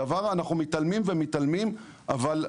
הדבר, אנחנו מתעלמים ומתעלמים, אבל.